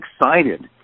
excited